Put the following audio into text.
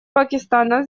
пакистана